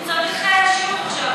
הוא צריך שיעור עכשיו.